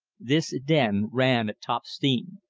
this den ran at top-steam.